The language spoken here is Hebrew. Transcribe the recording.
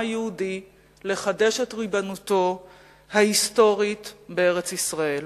היהודי לחדש את ריבונותו ההיסטורית בארץ-ישראל.